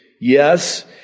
yes